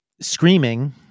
screaming